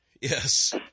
yes